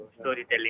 storytelling